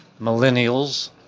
millennials